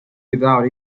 without